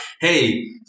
hey